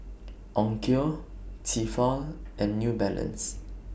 Onkyo Tefal and New Balance